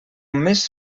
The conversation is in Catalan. més